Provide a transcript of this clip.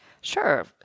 Sure